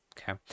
Okay